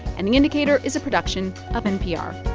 and the indicator is a production of npr